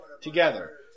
together